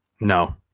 No